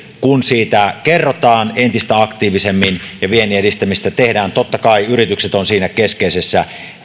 kun siitä kerrotaan entistä aktiivisemmin ja vienninedistämistä tehdään totta kai yritykset ovat siinä keskeisessä